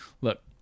look